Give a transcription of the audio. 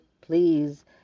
please